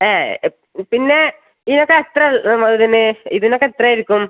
ഏ പിന്നെ ഈനൊക്കെ എത്ര ഇതിന് ഇതിനൊക്കെ എത്ര ആയിരിക്കും